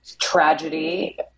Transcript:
tragedy